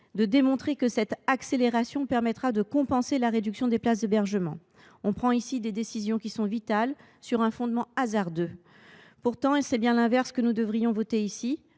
de démontrer que cette accélération permettra de compenser la réduction des places d’hébergement. On prend ici des décisions vitales sur un fondement hasardeux. C’est bien l’inverse que nous devrions voter,